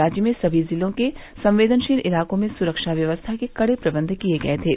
राज्य में सभी जिलों के संवेदनशील इलाकों में सुरक्षा व्यवस्था के कड़े प्रबंध किए गए थे